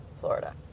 Florida